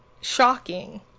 shocking